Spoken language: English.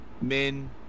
men